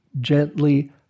gently